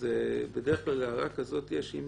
אז בדרך כלל הערה כזאת יש שאם